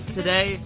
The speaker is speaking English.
today